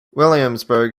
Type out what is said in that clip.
williamsburg